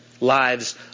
lives